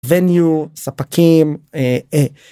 וניו, ספקים